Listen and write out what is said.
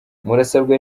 murasabwa